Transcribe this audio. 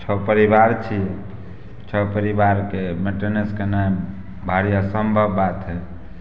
छओ परिवार छी छओ परिवारके मेटिनेंस केनाइ भारी असम्भव बात हइ